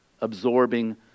absorbing